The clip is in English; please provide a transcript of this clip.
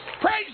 Praise